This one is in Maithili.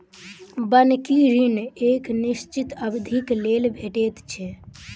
बन्हकी ऋण एक निश्चित अवधिक लेल भेटैत छै